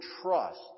trust